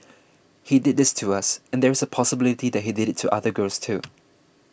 he did this to us and there is a possibility that he did it to other girls too